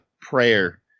prayer